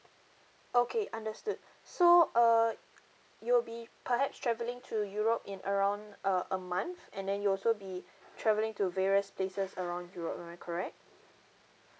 okay understood so uh you'll be perhaps travelling to europe in around a a month and then you also be travelling to various places around europe am I correct